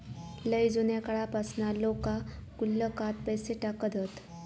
लय जुन्या काळापासना लोका गुल्लकात पैसे टाकत हत